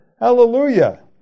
Hallelujah